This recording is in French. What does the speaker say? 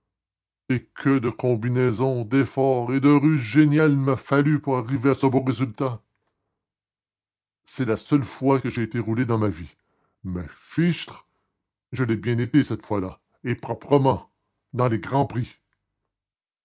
et que de combinaisons d'efforts et de ruses géniales il m'a fallu pour arriver à ce beau résultat c'est la seule fois que j'aie été roulé dans ma vie mais fichtre je l'ai bien été cette fois-là et proprement dans les grands prix